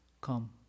come